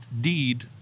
deed